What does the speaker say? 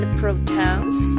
protons